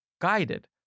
guided